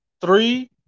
three